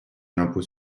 l’impôt